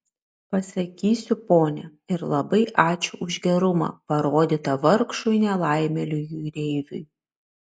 pasakysiu ponia ir labai ačiū už gerumą parodytą vargšui nelaimėliui jūreiviui